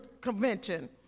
convention